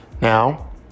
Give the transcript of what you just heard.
Now